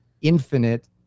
infinite